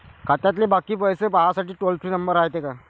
खात्यातले बाकी पैसे पाहासाठी टोल फ्री नंबर रायते का?